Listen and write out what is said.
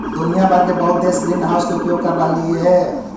दुनिया भर के बहुत देश ग्रीनहाउस के उपयोग कर रहलई हे